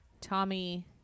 Tommy